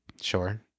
Sure